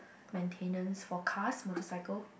maintenance forecast motorcycle